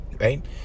right